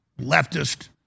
leftist